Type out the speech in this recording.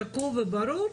שקוף וברור,